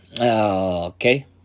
Okay